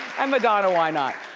and madonna, why not.